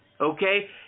okay